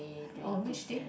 on which day